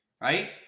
right